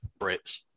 Brits